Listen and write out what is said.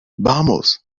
vamos